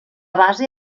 base